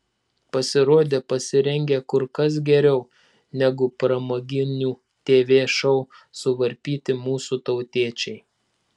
pasirodė pasirengę kur kas geriau negu pramoginių tv šou suvarpyti mūsų tautiečiai